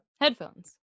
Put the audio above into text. headphones